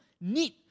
need